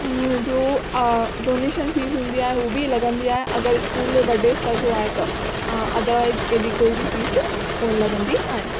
जो donation fees हूंदी आहे हूं बि लगंदी आहे अगरि स्कूल वॾे स्तर ते आहे त अदरवाइज़ एॾी कोई बि फ़ीस कोन्ह लगंदी आहे